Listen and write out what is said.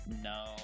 No